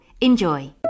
Enjoy